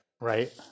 Right